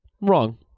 Wrong